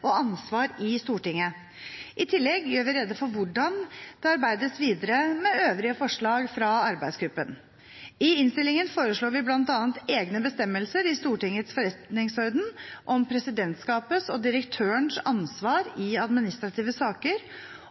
og ansvar i Stortinget. I tillegg gjør vi rede for hvordan det arbeides videre med øvrige forslag fra arbeidsgruppen. I innstillingen foreslår vi bl.a. egne bestemmelser i Stortingets forretningsorden om presidentskapets og direktørens ansvar i administrative saker